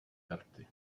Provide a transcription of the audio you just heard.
karty